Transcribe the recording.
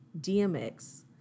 DMX